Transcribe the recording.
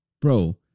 bro